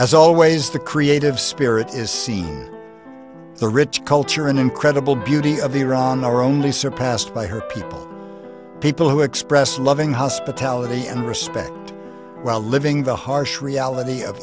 together as always the creative spirit is seen the rich culture and incredible beauty of the iran are only surpassed by her people people who express loving hospitality and respect while living the harsh reality of